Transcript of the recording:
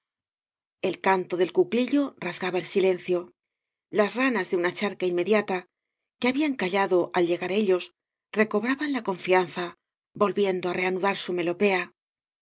el canto del cuclillo rasgaba el silencio las ranas de una charca inmediata que hablan callado al llegar ellos recobraban la confianza volviendo á reanudar su melopea